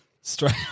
Straight